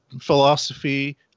philosophy